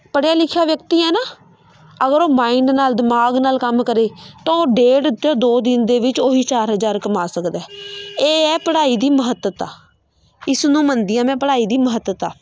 ਪੜ੍ਹਿਆ ਲਿਖਿਆ ਵਿਅਕਤੀ ਹੈ ਨਾ ਅਗਰ ਉਹ ਮਾਇੰਡ ਨਾਲ ਦਿਮਾਗ ਨਾਲ ਕੰਮ ਕਰੇ ਤਾਂ ਉਹ ਡੇਢ ਤੋਂ ਦੋ ਦਿਨ ਦੇ ਵਿੱਚ ਉਹੀ ਚਾਰ ਹਜ਼ਾਰ ਕਮਾ ਸਕਦਾ ਇਹ ਹੈ ਪੜ੍ਹਾਈ ਦੀ ਮਹੱਤਤਾ ਇਸ ਨੂੰ ਮੰਨਦੀ ਐ ਮੈਂ ਪੜ੍ਹਾਈ ਦੀ ਮਹੱਤਤਾ